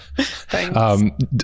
Thanks